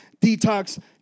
detox